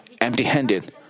empty-handed